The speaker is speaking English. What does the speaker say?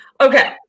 Okay